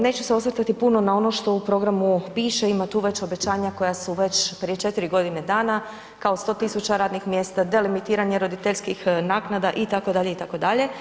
Neću se osvrtati puno na ono što u programu piše, ima tu već obećanja koja su već prije 4 godine dana, kao 100 tisuća radnih mjesta, delimitiranje roditeljskih naknada, itd., itd.